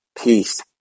Peace